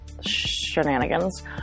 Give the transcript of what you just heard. shenanigans